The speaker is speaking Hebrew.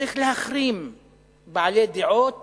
שצריך להחרים בעלי דעות